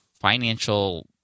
financial